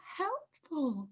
helpful